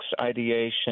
ideation